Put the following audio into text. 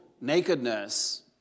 nakedness